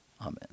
Amen